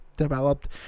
Developed